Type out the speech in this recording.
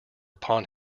upon